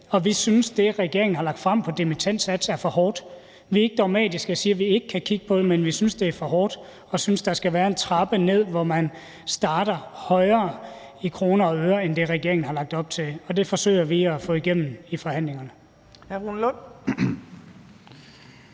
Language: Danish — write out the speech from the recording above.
Og vi synes, at det, regeringen har lagt frem om dimittendsatsen, er for hårdt. Vi er ikke dogmatiske, og vi siger ikke, at vi ikke kan kigge på det, men vi synes, at det er for hårdt. Vi synes, der skal være en trappe ned, hvor man starter højere i kroner og øre end det, regeringen har lagt op til. Det forsøger vi at få igennem i forhandlingerne.